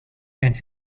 and